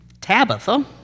Tabitha